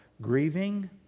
grieving